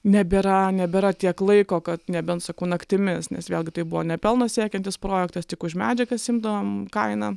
nebėra nebėra tiek laiko kad nebent sakau naktimis nes vėlgi tai buvo ne pelno siekiantis projektas tik už medžiagas imdavom kainą